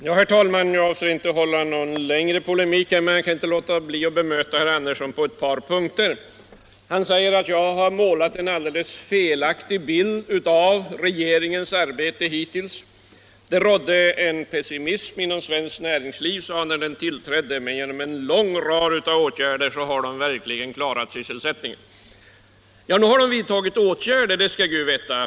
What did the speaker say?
Herr talman! Jag skall inte ge mig in på någon längre polemik med herr Andersson i Örebro, men jag kan inte låta bli att bemöta honom på ett par punkter. Han säger att jag har målat en alldeles felaktig bild av regeringens arbete hittills. Han sade att det inom svenskt näringsliv rådde pessimism när den nya regeringen tillträdde men att regeringen genom en lång rad av åtgärder verkligen har klarat sysselsättningen. Ja, nog har regeringen vidtagit åtgärder — det skall Gud veta.